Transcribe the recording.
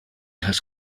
has